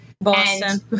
Boston